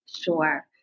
Sure